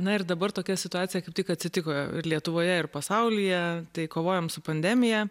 na ir dabar tokia situacija kaip tik atsitiko ir lietuvoje ir pasaulyje tai kovojam su pandemija